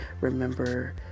remember